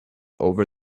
over